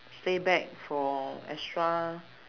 stay back for extra